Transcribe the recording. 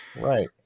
Right